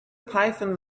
python